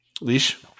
Leash